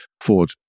Ford